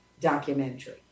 documentary